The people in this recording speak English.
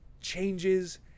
Changes